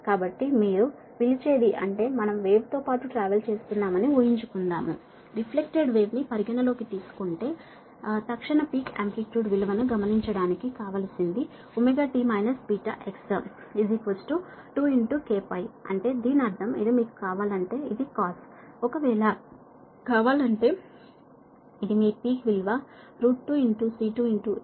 కాబట్టి మీరు పిలిచేది అంటే మనం వేవ్ తో పాటు ట్రావెల్ చేస్తున్నామని ఉహించుకుందాము రిఫ్లెక్టెడ్ వేవ్ ని పరిగణ లో కి తీసుకుంటే తక్షణ పీక్ ఆంప్లిట్యూడ్ విలువ ని గమనించడానికి కావలసింది ωt βx 2 k అంటే దీని అర్థం ఇది మీకు కావాలంటే ఇది cos ఒకవేళ కావాలంటే ఇది మీ పీక్ విలువ 2 C2 e αx